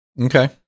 Okay